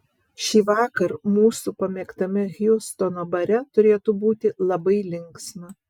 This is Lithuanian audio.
šįvakar mūsų pamėgtame hjustono bare turėtų būti labai linksma